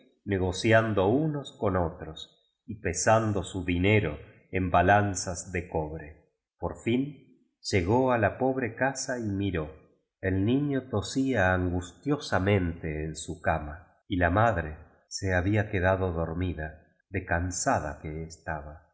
negociando unos con otros y pesando su dinero en balanzas de cobre por fin llegó a la pobre casa y miró el niño tosía angustiosamente en su cama y la madre se habla quedado dormida tic cansada que estaba